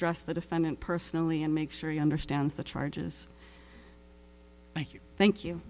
dress the defendant personally and make sure he understands the charges thank you you thank